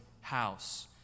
house